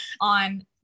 on